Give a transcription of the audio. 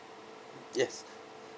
yes